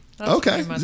okay